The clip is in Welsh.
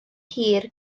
hir